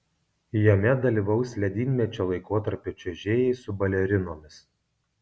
jame dalyvaus ledynmečio laikotarpio čiuožėjai su balerinomis